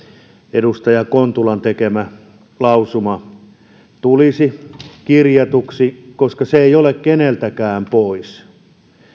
edustaja kontulan tekemä lausuma tulisi kirjatuksi koska se ei ole keneltäkään pois